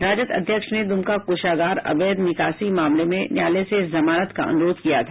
राजद अध्यक्ष ने दुमका कोषागार अवैध निकासी मामले में न्यायालय से जमानत का अनुरोध किया था